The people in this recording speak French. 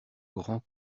grand